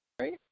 Right